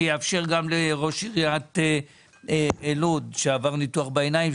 אני אאפשר גם לראש עיריית לוד שעבר ניתוח בעיניים,